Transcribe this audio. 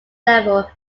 level